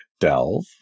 delve